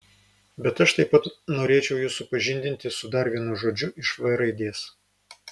bet aš taip pat norėčiau jus supažindinti su dar vienu žodžiu iš v raidės